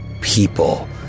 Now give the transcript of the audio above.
people